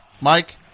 Mike